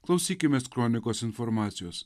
klausykimės kronikos informacijos